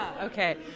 Okay